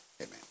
Amen